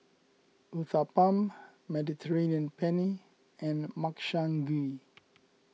Uthapam Mediterranean Penne and Makchang Gui